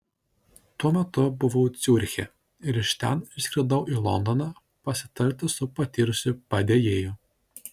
tuo metu buvau ciuriche ir iš ten išskridau į londoną pasitarti su patyrusiu padėjėju